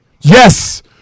Yes